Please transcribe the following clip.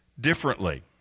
differently